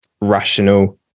rational